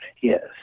Yes